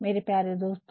मेरे प्यारे दोस्तों